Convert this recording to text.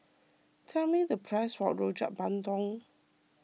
tell me the price of Rojak Bandung